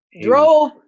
Drove